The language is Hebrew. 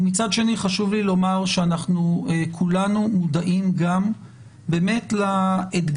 ומצד שני חשוב לי לומר שאנחנו כולנו מודעים גם באמת לאתגר